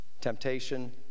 Temptation